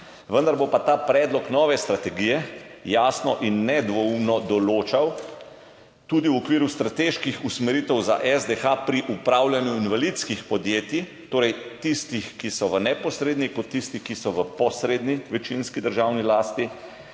vendar bo pa ta predlog nove strategije jasno in nedvoumno določal tudi okvire strateških usmeritev za SDH pri upravljanju invalidskih podjetij, torej tako tistih, ki so v neposredni, kot tistih, ki so v posredni večinski državni lasti.